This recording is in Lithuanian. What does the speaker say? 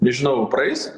nežinau ar praeis